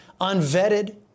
unvetted